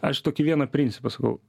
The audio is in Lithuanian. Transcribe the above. aš tokį vieną principą sakau